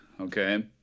okay